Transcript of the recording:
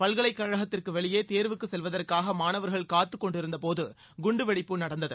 பல்கலைக்கழகத்திற்கு வெளியே தேர்வுக்கு செல்வதற்காக மாணவர்கள் காத்துக்கொண்டிருந்த போது குண்டுவெடிப்பு நடந்தது